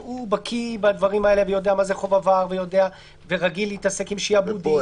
שבקיא בדברים האלה ויודע מה זה חוב עבר ורגיל להתעסק עם שעבודים.